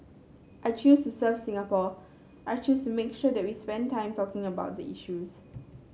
I chose to serve Singapore I chose to make sure that we spend time talking about the issues